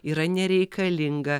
yra nereikalinga